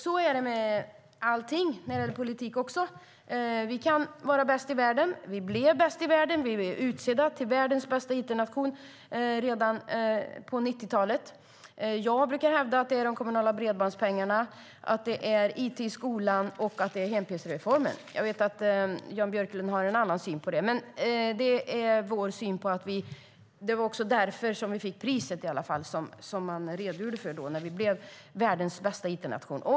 Så är det med allting, också när det gäller politik. Vi kan vara bäst i världen och blev det också redan på 90-talet när vi blev utsedda till världens bästa it-nation. Jag brukar hävda att skälet är de kommunala bredbandspengarna, it i skolan och hem-pc-reformen. Jag vet att Jan Björklund har en annan syn på det, men det var därför vi fick priset. Det redogjorde man för när vi blev världens bästa it-nation.